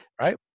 right